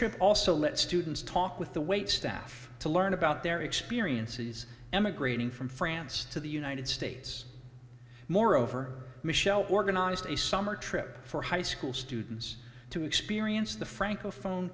trip also let students talk with the wait staff to learn about their experiences emigrating from france to the united states moreover michelle organized a summer trip for high school students to experience the francophone